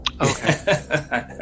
Okay